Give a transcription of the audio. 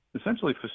essentially